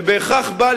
זה בהכרח בא,